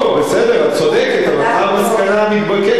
טוב, בסדר, את צודקת, אבל מה המסקנה המתבקשת?